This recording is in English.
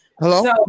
Hello